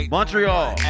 Montreal